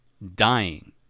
dying